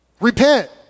repent